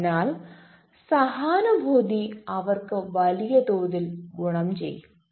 അതിനാൽ സഹാനുഭൂതി അവർക്ക് വലിയ തോതിൽ ഗുണം ചെയ്യും